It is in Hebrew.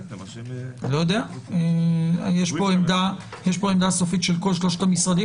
יש פה עמדה סופית של שלושת משרדי הממשלה?